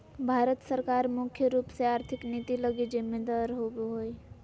भारत सरकार मुख्य रूप से आर्थिक नीति लगी जिम्मेदर होबो हइ